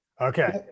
Okay